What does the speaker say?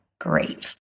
great